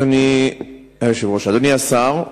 אדוני היושב-ראש, אדוני השר,